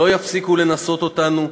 לא יפסיקו לנסות אותנו,